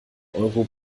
euro